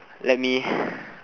let me